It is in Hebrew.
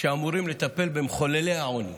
שאמורים לטפל במחוללי העוני.